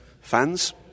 Fans